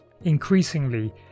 Increasingly